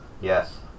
Yes